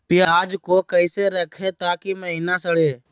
प्याज को कैसे रखे ताकि महिना सड़े?